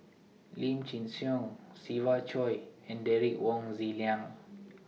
Lim Chin Siong Siva Choy and Derek Wong Zi Liang